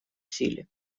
силе